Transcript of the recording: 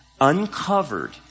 uncovered